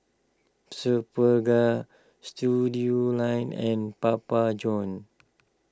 Superga Studioline and Papa Johns